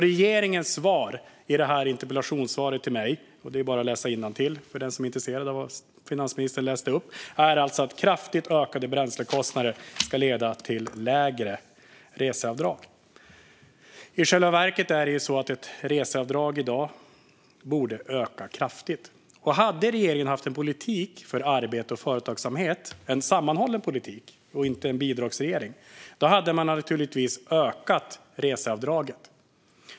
Regeringens svar i detta interpellationssvar till mig - det är bara att läsa innantill för den som är intresserad av det som finansministern läste upp - är alltså att kraftigt ökade bränslekostnader ska leda till lägre reseavdrag. I själva verket borde reseavdraget öka kraftigt. Hade regeringen haft en politik för arbete och företagsamhet - en sammanhållen politik - och inte varit en bidragsregering hade man naturligtvis ökat reseavdraget.